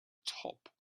top